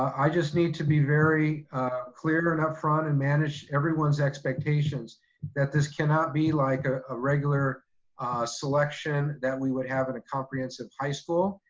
i just need to be very clear and upfront and manage everyone's expectations that this cannot be like ah a regular selection that we would have at a comprehensive high school.